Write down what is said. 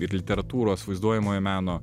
ir literatūros vaizduojamojo meno